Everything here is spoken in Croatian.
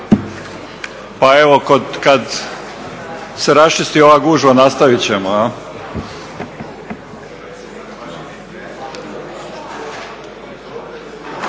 pa evo kad se raščisti ova gužva nastaviti ćemo.